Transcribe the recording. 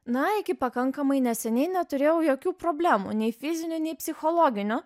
na iki pakankamai neseniai neturėjau jokių problemų nei fizinių nei psichologinių